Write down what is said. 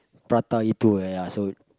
prata itu eh ya so